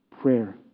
prayer